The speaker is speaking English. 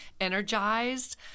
energized